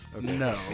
No